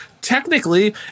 technically